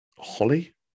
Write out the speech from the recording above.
Holly